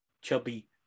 chubby